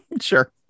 Sure